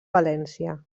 valència